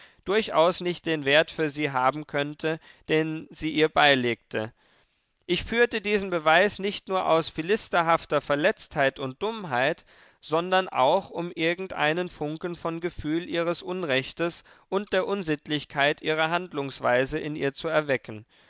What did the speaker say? durchaus nicht den wert für sie haben könnte den sie ihr beilegte ich führte diesen beweis nicht nur aus philisterhafter verletztheit und dummheit sondern auch um irgendeinen funken vom gefühl ihres unrechtes und der unsittlichkeit ihrer handlungsweise in ihr zu erwecken